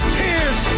tears